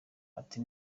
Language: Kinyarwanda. ati